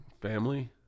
Family